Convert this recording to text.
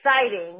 exciting